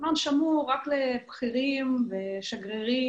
המלון שמור רק לבכירים ולשגרירים.